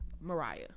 Mariah